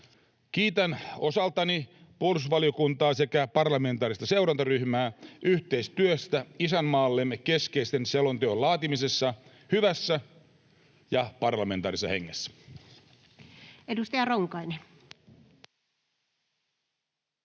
Kiitän osaltani puolustusvaliokuntaa sekä parlamentaarista seurantaryhmää yhteistyöstä isänmaallemme keskeisen selonteon laatimisesta hyvässä ja parlamentaarisessa hengessä.